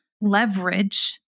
leverage